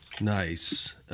Nice